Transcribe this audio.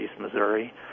Missouri